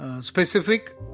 Specific